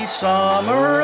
summer